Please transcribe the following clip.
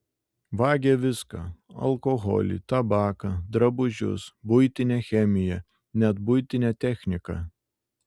vagia viską alkoholį tabaką drabužius buitinę chemiją net buitinę techniką